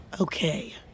okay